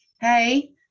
Hey